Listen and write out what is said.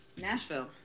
nashville